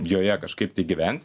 joje kažkaip gyvent